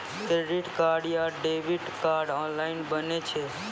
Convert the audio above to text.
Credit card या debit card online बनै छै?